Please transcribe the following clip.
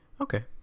Okay